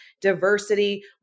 diversity